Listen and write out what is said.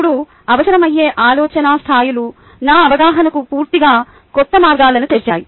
అప్పుడు అవసరమయ్యే ఆలోచనా స్థాయిలు నా అవగాహనకు పూర్తిగా కొత్త మార్గాలను తెరిచాయి